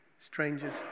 strangers